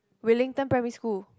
Wellington primary school